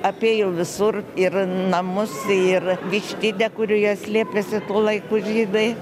apėjo visur ir namus ir vištidę kurioje slėpėsi tuo laiku žydai